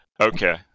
Okay